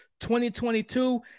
2022